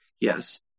yes